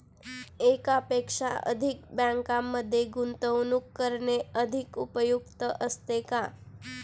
एकापेक्षा अधिक बँकांमध्ये गुंतवणूक करणे अधिक उपयुक्त आहे का?